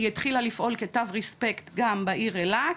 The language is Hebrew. היא התחילה לפעול לתוו רספקט גם בעיר אילת,